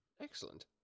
Excellent